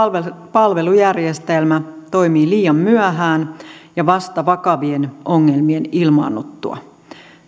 palvelujärjestelmä toimii liian myöhään ja vasta vakavien ongelmien ilmaannuttua